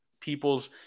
people's